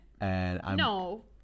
No